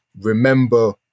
remember